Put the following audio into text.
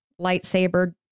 lightsaber